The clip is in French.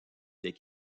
des